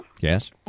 Yes